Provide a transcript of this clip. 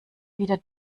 wieder